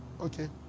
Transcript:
okay